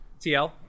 TL